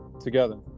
together